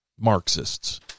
Marxists